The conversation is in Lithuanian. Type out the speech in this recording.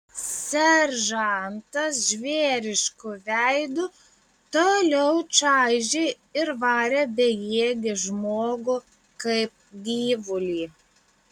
seržantas žvėrišku veidu toliau čaižė ir varė bejėgį žmogų kaip gyvulį